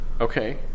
Okay